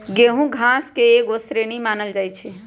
गेहूम घास के एगो श्रेणी मानल जाइ छै